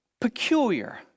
peculiar